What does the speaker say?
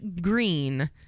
green